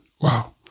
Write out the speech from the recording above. Wow